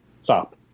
stop